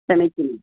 समीचीनं